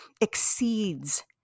exceeds